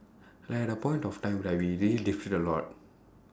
like at a point of time right we really differ a lot